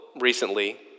recently